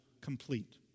complete